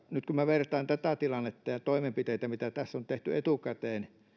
nyt kun minä vertaan tätä tilannetta ja toimenpiteitä mitä tässä on tehty etukäteen